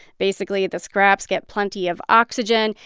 basically, the scraps get plenty of oxygen,